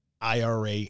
IRA